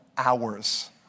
hours